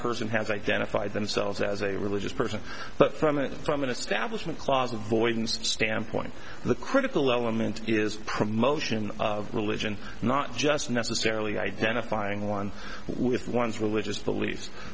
person has identified themselves as a religious person but from a from an establishment clause avoidance standpoint the critical element is promotion of religion not just necessarily identifying one with one's religious beliefs